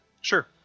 Sure